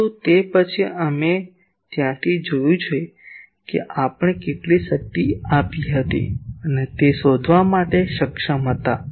પરંતુ તે પછી તમે ત્યાંથી જોયું છે કે આપણે કેટલી શક્તિ આપી હતી તે શોધવા માટે સક્ષમ હતા